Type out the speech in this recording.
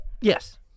yes